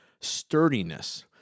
sturdiness